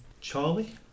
Charlie